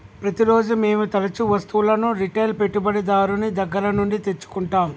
ప్రతిరోజూ మేము తరుచూ వస్తువులను రిటైల్ పెట్టుబడిదారుని దగ్గర నుండి తెచ్చుకుంటం